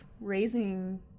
raising